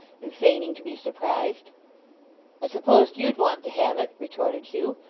and feigning to be surprised. i supposed you'd want to have it retorted hugh.